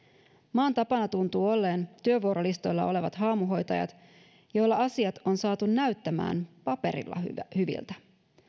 maan tapana tuntuvat olleen työvuorolistoilla olevat haamuhoitajat joilla asiat on saatu näyttämään paperilla hyviltä